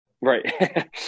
Right